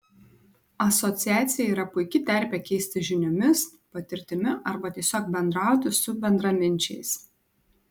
asociacija yra puiki terpė keistis žiniomis patirtimi arba tiesiog bendrauti su bendraminčiais